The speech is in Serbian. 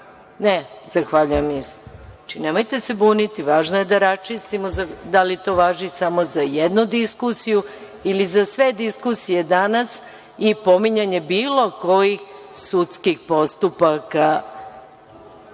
(Ne.)Zahvaljujem. Nemojte se buniti. Važno je da raščistimo da li to važi samo za jednu diskusiju ili za sve diskusije danas i pominjanje bilo kojih sudskih